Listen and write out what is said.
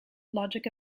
logic